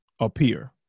appear